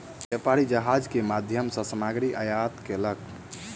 व्यापारी जहाज के माध्यम सॅ सामग्री आयात केलक